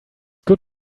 good